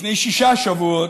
לפני שישה שבועות,